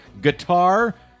Guitar